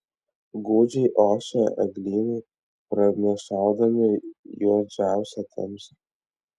gūdžiai ošė eglynai pranašaudami juodžiausią tamsą